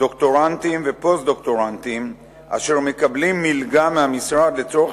דוקטורנטים ופוסט-דוקטורנטים אשר מקבלים מלגה מהמשרד לצורך